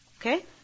Okay